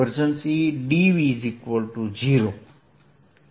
ds volume∇E dv 0 છે